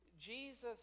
Jesus